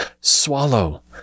Swallow